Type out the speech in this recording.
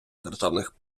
державних